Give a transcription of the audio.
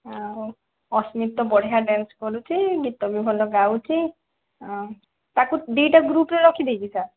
ଆଉ ଅସ୍ମିତ୍ ତ ବଢ଼ିଆ ଡ୍ୟାନ୍ସ୍ କରୁଛି ଗୀତ ବି ଭଲ ଗାଉଛି ତା'କୁ ଦୁଇଟା ଗ୍ରୁପରେ ରଖି ଦେଇଛି ସାର୍